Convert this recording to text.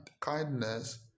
Kindness